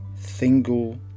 single